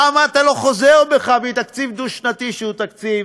למה אתה לא חוזר בך מתקציב דו-שנתי, שהוא תקציב